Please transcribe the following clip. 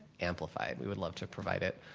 amplified. we would love to provide it,